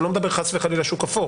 אני לא מדבר חס וחלילה על שוק אפור